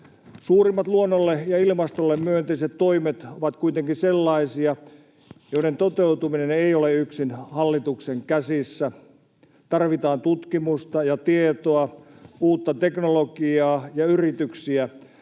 Suurimmat luonnolle ja ilmastolle myönteiset toimet ovat kuitenkin sellaisia, joiden toteutuminen ei ole yksin hallituksen käsissä. Tarvitaan tutkimusta ja tietoa, uutta teknologiaa ja yrityksiä